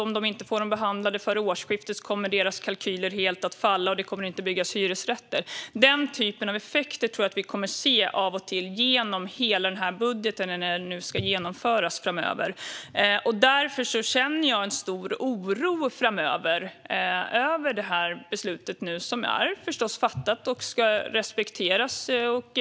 Om de inte får dem behandlade före årsskiftet kommer deras kalkyler helt att falla, och det kommer inte att byggas hyresrätter. Den typen av effekter tror jag att vi kommer att se av och till genom hela budgeten när den ska genomföras framöver. Jag känner därför stor oro över det beslut som är fattat och förstås ska respekteras.